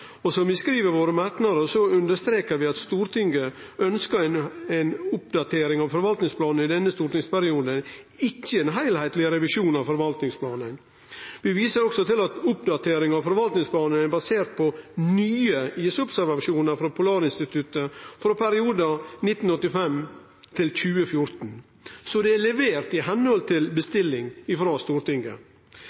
Og som vi skriv i våre merknader, understrekar vi at Stortinget ønskte ei oppdatering av forvaltingsplanen i denne stortingsperioden, ikkje ein heilskapleg revisjon av forvaltingsplanen. Vi viser også til at oppdateringa av forvaltingsplanen er basert på nye isobservasjonar frå Polarinstituttet frå perioden 1985–2014. Så det er levert i samsvar med bestillinga frå Stortinget.